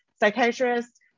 Psychiatrists